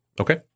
Okay